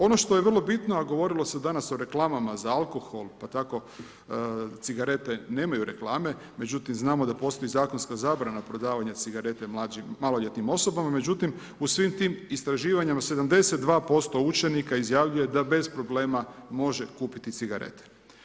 Ono što je vrlo bitno, a govorilo se danas o reklamama za alkohol, pa tako cigarete nemaju reklame, međutim, znamo da postoji zakonska zabrana prodavanja cigareta maloljetnim osobama, međutim, u svim tim istraživanjima 72% učenika izjavljuje da bez problema može kupiti cigarete.